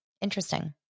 Interesting